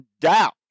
doubt